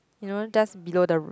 you know just below the